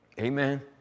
Amen